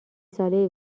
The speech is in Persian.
ساله